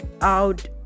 out